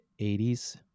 80s